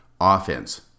offense